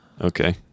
Okay